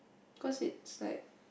cause it's like